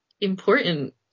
important